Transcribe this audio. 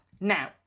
Now